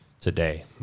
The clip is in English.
today